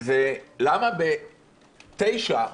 זה למה בשעה תשע,